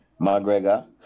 McGregor